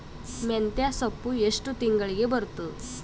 ಮೆಂತ್ಯ ಸೊಪ್ಪು ಎಷ್ಟು ತಿಂಗಳಿಗೆ ಬರುತ್ತದ?